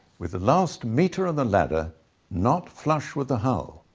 with the last metre on the ladder not flush with the hull.